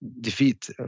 defeat